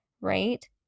right